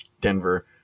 Denver